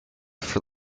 for